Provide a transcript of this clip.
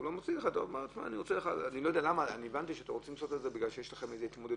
הוא לא מציג לך הבנתי שאתם רוצים לעשות את זה בגלל שיש לכם התמודדות.